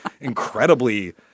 incredibly